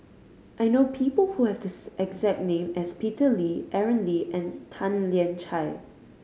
I know people who have this exact name as Peter Lee Aaron Lee and Tan Lian Chye